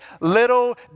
little